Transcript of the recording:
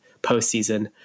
postseason